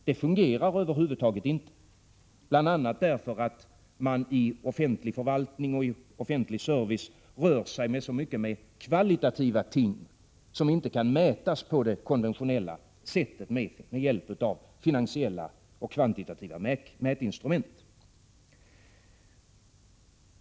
Det fungerar över huvud taget inte, bl.a. därför att man i offentlig förvaltning och offentlig service rör sig så mycket med kvalitativa ting, som inte kan mätas på det konventionella sättet, med hjälp av finansiella och kvantitativa mätinstrument.